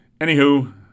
Anywho